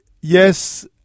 Yes